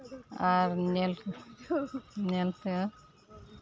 ᱟᱨ ᱧᱮᱞ ᱧᱮᱞᱛᱮ